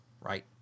Right